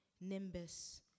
nimbus